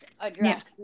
address